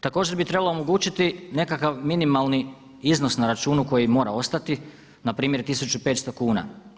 Također bi trebalo omogućiti nekakav minimalni iznos na računu koji mora ostati npr. 1500 kuna.